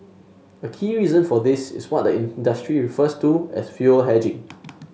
a key reason for this is what the in industry refers to as fuel hedging